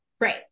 Right